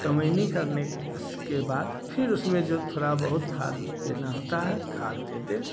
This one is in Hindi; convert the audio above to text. कमयनी करने के उसके बाद फिर उसमें जो थोड़ा बहुत खाद देना होता है खाद दे दें